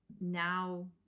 now